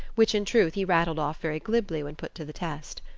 which in truth he rattled off very glibly when put to the test.